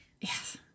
Yes